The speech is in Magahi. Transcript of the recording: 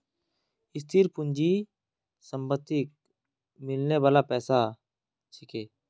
स्थिर पूंजी संपत्तिक मिलने बाला पैसा छिके